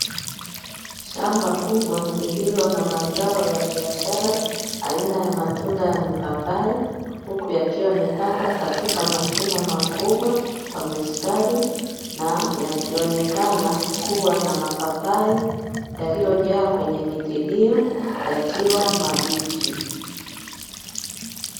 Shamba kubwa, lililo na mazao ya biashara aina ya matunda ya mipapai, huku yakiwa yamepandwa katika mashimo makubwa kwa mistari, na yakionekana kuwa na mapapai yaliyojaa kwenye miti hiyo yakiwa mabichi.